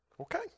Okay